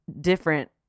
different